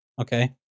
Okay